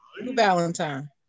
Valentine